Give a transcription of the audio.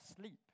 sleep